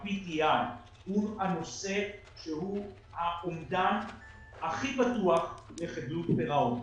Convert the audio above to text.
ה-PTI הוא הנושא שהוא האומדן הכי בטוח לחדלות פירעון.